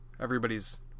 everybody's